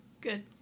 Good